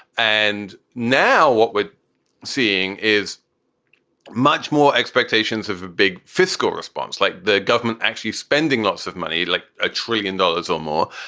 and now what we're seeing is much more expectations of a big fiscal response, like the government actually spending lots of money, like a trillion dollars or more.